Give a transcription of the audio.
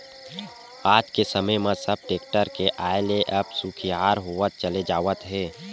आज के समे म सब टेक्टर के आय ले अब सुखियार होवत चले जावत हवय